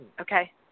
okay